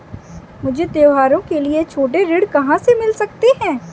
मुझे त्योहारों के लिए छोटे ऋण कहाँ से मिल सकते हैं?